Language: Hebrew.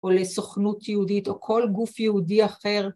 ‫או לסוכנות יהודית ‫או כל גוף יהודי אחר.